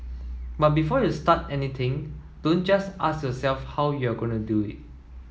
but before you start anything don't just ask yourself how you're going to do it